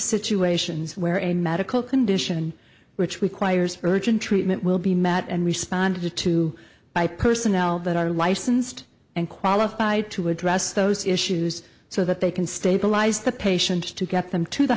situations where a medical condition which we choir's urgent treatment will be met and responded to by personnel that are licensed and qualified to address those issues so that they can stabilize the patients to get them to the